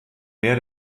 mehr